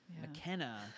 McKenna